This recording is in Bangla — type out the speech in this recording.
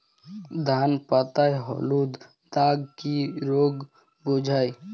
ধান পাতায় হলুদ দাগ কি রোগ বোঝায়?